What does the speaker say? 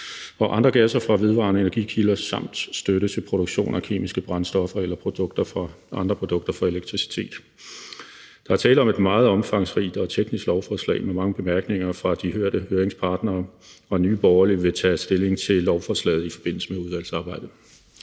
og andre gasser fra vedvarende energikilder samt støtte til produktion af kemiske brændstoffer eller andre produkter fra elektricitet. Der er tale om et meget omfangsrigt og teknisk lovforslag med mange bemærkninger fra de hørte høringsparter, og Nye Borgerlige vil tage stilling til lovforslaget i forbindelse med udvalgsarbejdet.